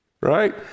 right